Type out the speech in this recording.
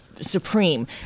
supreme